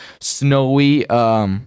snowy